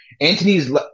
anthony's